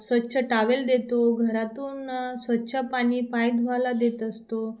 स्वच्छ टावेल देतो घरातून स्वच्छ पाणी पाय धुवायला देत असतो